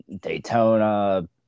Daytona